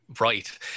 Right